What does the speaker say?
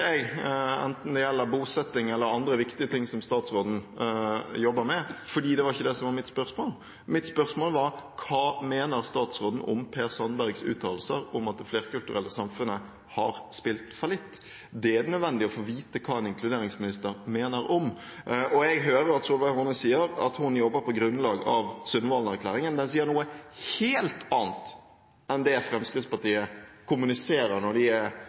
det gjelder bosetting eller andre viktige ting som statsråden jobber med. Det var ikke det som var mitt spørsmål. Mitt spørsmål var: Hva mener statsråden om Per Sandbergs uttalelser om at det flerkulturelle samfunnet har spilt fallitt? Det er det nødvendig å få vite hva inkluderingsministeren mener om. Jeg hører at Solveig Horne sier at hun jobber på grunnlag av Sundvolden-erklæringen, men den sier noe helt annet enn det Fremskrittspartiet kommuniserer når de